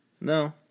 No